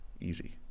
easy